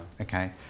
okay